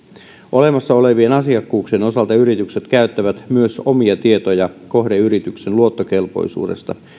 olemassa olevien asiakkuuksien osalta yritykset käyttävät myös omia tietoja kohdeyrityksen luottokelpoisuudesta